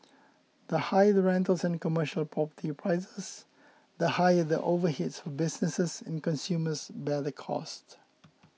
the higher the rentals and commercial property prices the higher the overheads for businesses and consumers bear the costs